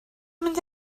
mynd